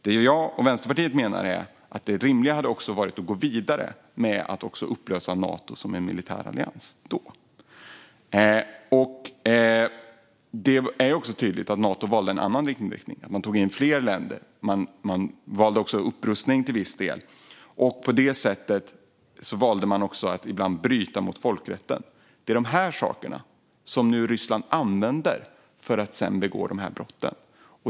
Det som jag och Vänsterpartiet menar är att det rimliga hade varit att då gå vidare med att också upplösa Nato som en militär allians. Men det är tydligt att Nato valde en annan riktning. Man tog in fler länder och valde också upprustning till viss del. På det sättet valde man också ibland att bryta mot folkrätten. Det är de sakerna som Ryssland nu använder när de begår de här brotten.